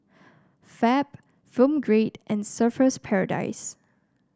Fab Film Grade and Surfer's Paradise